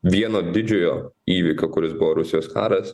vieno didžiojo įvykio kuris buvo rusijos karas